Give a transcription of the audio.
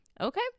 Okay